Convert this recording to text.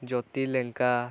Jyoti Lenka